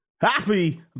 Happy